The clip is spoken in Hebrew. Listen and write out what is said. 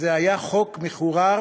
זה היה חוק מחורר,